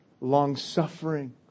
long-suffering